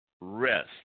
rest